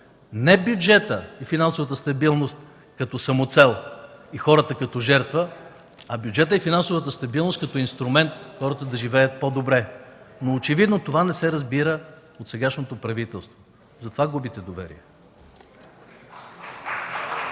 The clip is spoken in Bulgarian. Не бюджетът и финансовата стабилност като самоцел и хората като жертва, а бюджетът и финансовата стабилност като инструмент хората да живеят по-добре. Но очевидно това не се разбира от сегашното правителство. Затова губите доверието!